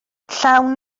llawn